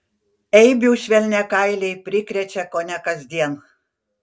eibių švelniakailiai prikrečia kone kasdien